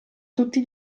tutti